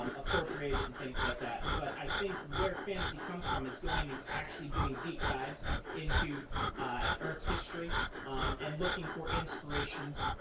appropriate it, and things like that. but i think where fantasy comes from is going and actually doing deep dives into earth's history and looking for inspirations